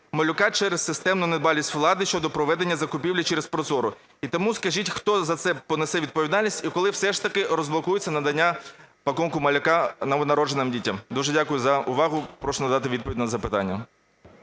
малюка" через системну недбалість влади щодо проведення закупівлі через ProZorro. І тому скажіть, хто за це понесе відповідальність? І коли все ж таки розблокується надання "пакунку малюка" новонародженим дітям? Дуже дякую за увагу. Прошу надати відповідь на запитання.